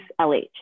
LH